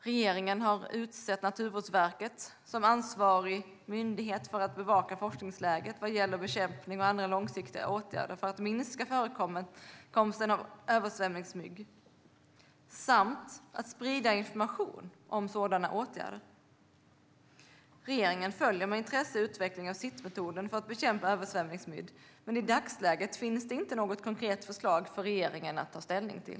Regeringen har utsett Naturvårdsverket till ansvarig myndighet för att bevaka forskningsläget vad gäller bekämpning och andra långsiktiga åtgärder för att minska förekomsten av översvämningsmygg samt sprida information om sådana åtgärder. Regeringen följer med intresse utvecklingen av SIT-metoden för att bekämpa översvämningsmygg, men i dagsläget finns det inte något konkret förslag för regeringen att ta ställning till.